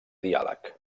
diàleg